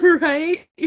Right